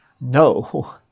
No